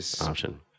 Option